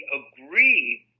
agreed